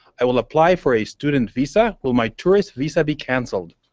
i will apply for a student visa. will my tourist visa be cancelled?